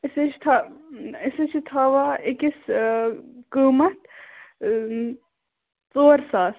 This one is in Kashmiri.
أسۍ حظ چھِ تھا أسۍ حظ چھِ تھاوان أکِس قۭمَتھ ژور ساس